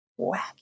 wacky